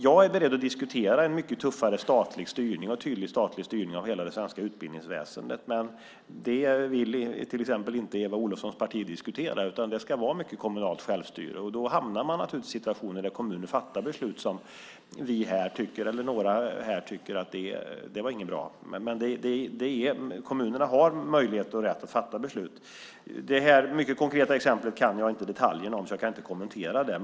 Jag är beredd att diskutera en mycket tuffare tydlig statlig styrning av hela det svenska utbildningsväsendet, men det vill till exempel Eva Olofssons parti inte diskutera; det ska vara mycket kommunalt självstyre. Då hamnar man naturligtvis i situationer där kommuner fattar beslut som några här inte tycker är bra. Men kommunerna har möjlighet och rätt att fatta beslut. Det här mycket konkreta exemplet kan jag inte detaljerna om, så jag kan inte kommentera det.